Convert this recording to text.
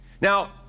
Now